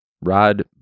Rod